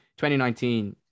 2019